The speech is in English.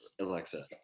alexa